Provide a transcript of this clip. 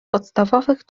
podstawowych